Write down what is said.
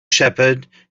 shepherd